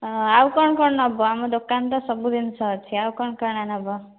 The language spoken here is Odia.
ଆଉ କ'ଣ କ'ଣ ନେବ ଆମ ଦୋକାନରେ ସବୁ ଜିନିଷ ଅଛି ଆଉ କ'ଣ କ'ଣ ନେବ